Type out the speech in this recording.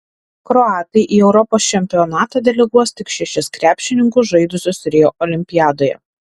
kroatai į europos čempionatą deleguos tik šešis krepšininkus žaidusius rio olimpiadoje